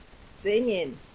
singing